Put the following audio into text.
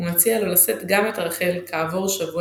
הוא מציע לו לשאת גם את רחל כעבור שבוע